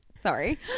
Sorry